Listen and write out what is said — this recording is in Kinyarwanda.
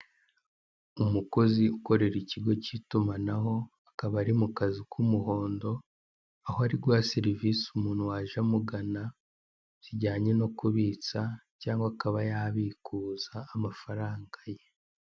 Umukozi ukorera ikigo cy'itumanaho, akaba ari mu kazu k'umuhondo, ho ari guha serivisi umuntu waje amugana, zijyanye no kubitsa, cyangwa akaba yabikuza amafaranga ye.